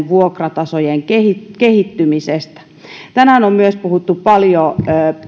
vuokratasojen kehittymisestä tänään on myös puhuttu paljon